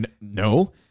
no